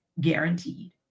guaranteed